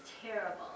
terrible